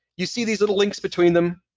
you see these little links between them.